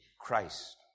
Christ